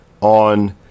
on